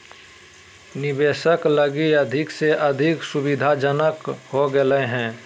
निवेशक लगी अधिक से अधिक सुविधाजनक हो गेल हइ